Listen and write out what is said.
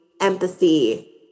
empathy